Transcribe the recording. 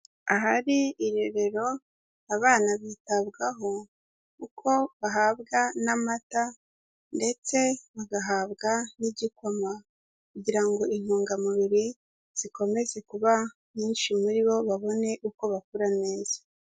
Ahari irerero abana bitabwaho kuko bahabwa n'amata ndetse bagahabwa n'igikoma kugira ngo intungamubiri zikomeze kuba nyinshi muri bo, babone uko bakura neza.